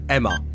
Emma